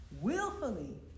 willfully